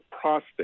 prostate